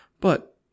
But